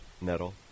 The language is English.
nettle